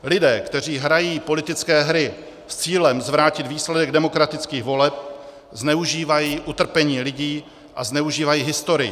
Lidé, kteří hrají politické hry s cílem zvrátit výsledek demokratických voleb, zneužívají utrpení lidí a zneužívají historii.